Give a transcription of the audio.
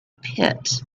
pit